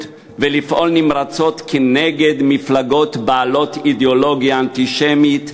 ולפעול נמרצות כנגד מפלגות בעלות אידיאולוגיה אנטישמית,